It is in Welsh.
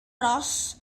ros